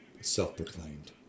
Self-proclaimed